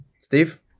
Steve